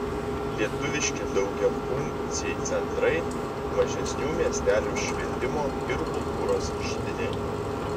lietuviški daugiafunkciai centrai mažesnių miestelių švietimo ir kultūros židiniai